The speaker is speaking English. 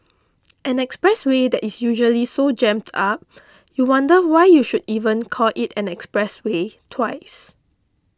an expressway that is usually so jammed up you wonder why you should even call it an expressway twice